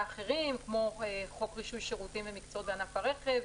אחרים כמו חוק רישוי שירותים ומקצועות בענף הרכב,